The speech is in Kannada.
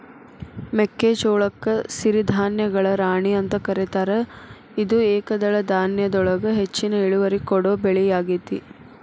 ಮೆಕ್ಕಿಜೋಳಕ್ಕ ಸಿರಿಧಾನ್ಯಗಳ ರಾಣಿ ಅಂತ ಕರೇತಾರ, ಇದು ಏಕದಳ ಧಾನ್ಯದೊಳಗ ಹೆಚ್ಚಿನ ಇಳುವರಿ ಕೊಡೋ ಬೆಳಿಯಾಗೇತಿ